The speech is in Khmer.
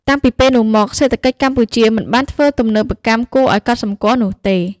តាំងពីពេលនោះមក សេដ្ឋកិច្ចកម្ពុជាមិនបានធ្វើទំនើបកម្មគួរអោយកត់សំគាល់នោះទេ ។